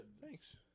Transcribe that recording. Thanks